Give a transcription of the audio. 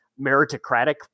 meritocratic